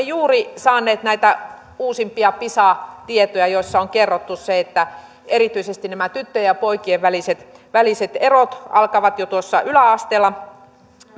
juuri saaneet näitä uusimpia pisa tietoja joissa on kerrottu että erityisesti nämä tyttöjen ja poikien väliset väliset erot alkavat jo tuossa yläasteella